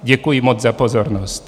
Děkuji moc za pozornost.